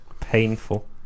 Painful